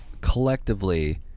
collectively